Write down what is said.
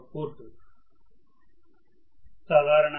professor మరియు విద్యార్థుల మధ్య సంభాషణ మొదలవుతుంది